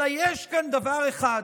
אלא יש כאן דבר אחד: